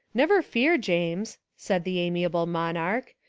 never fear, james, said the amiable monarch,